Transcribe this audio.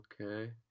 Okay